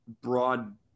broad